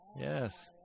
yes